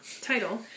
title